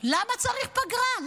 למה צריך פגרה?